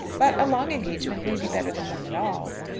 but a long engagement may be better than none at all.